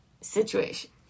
situation